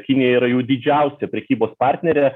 kinija yra jų didžiausia prekybos partnerė